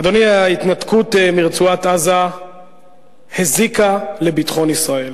אדוני, ההתנתקות מרצועת-עזה הזיקה לביטחון ישראל.